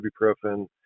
ibuprofen